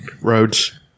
Roads